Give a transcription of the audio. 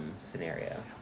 scenario